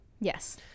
Yes